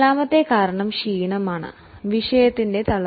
നാലാമത്തെ കാരണം എക്സോഷൻ പോലുള്ള